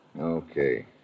Okay